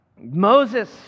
Moses